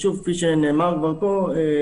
כפי שכבר נאמר פה,